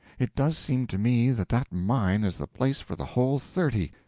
it does seem to me that that mine is the place for the whole thirty.